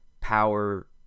power